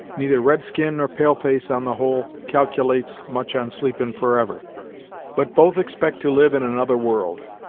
neither red-skin nor pale-face, on the whole, calculates much on sleepin' forever but both expect to live in another world.